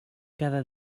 cada